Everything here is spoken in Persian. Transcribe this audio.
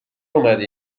اومدی